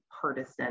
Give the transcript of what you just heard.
partisan